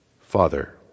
Father